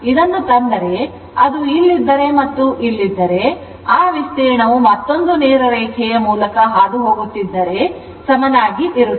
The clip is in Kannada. ಇದನ್ನು ತಂದರೆ ಅದು ಇಲ್ಲಿದ್ದರೆ ಮತ್ತು ಅದು ಇಲ್ಲಿದ್ದರೆ ಆ ವಿಸ್ತೀರ್ಣವು ಮತ್ತೊಂದು ನೇರ ರೇಖೆಯು ಮೂಲದ ಮೂಲಕ ಹಾದುಹೋಗುತ್ತಿದ್ದರೆ ಸಮನಾಗಿ ಇರುತ್ತದೆ